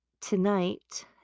tonight